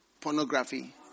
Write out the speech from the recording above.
pornography